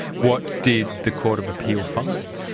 what did the court of appeal find?